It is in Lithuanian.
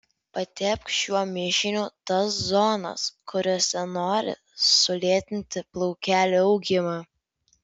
patepk šiuo mišiniu tas zonas kuriose nori sulėtinti plaukelių augimą